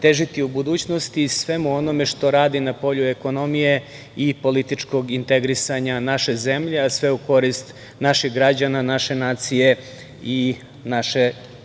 težiti u budućnosti i svemu onome što radi na polju ekonomije i političkog integrisanja naše zemlje, a sve u korist naših građana, naše nacije i naše